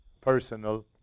personal